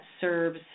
serves